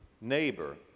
neighbor